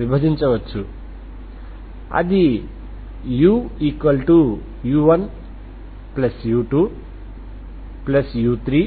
విభజించవచ్చు అది uu1u2u3u4